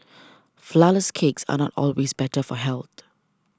Flourless Cakes are not always better for health